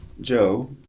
Joe